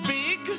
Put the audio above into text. big